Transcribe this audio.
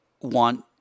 want